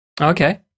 Okay